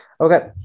Okay